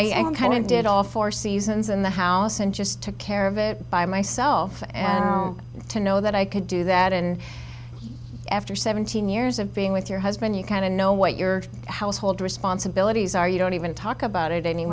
i kind of did all four seasons in the house and just took care of it by myself and to know that i could do that and after seventeen years of being with your husband you kind of know what your household responsibilities are you don't even talk about it any